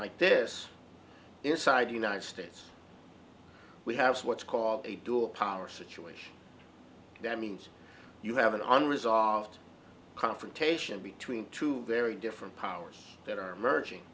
like this inside the united states we have what's called a dual power situation that means you have an unresolved confrontation between two very different powers that are merging